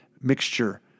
mixture